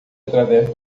através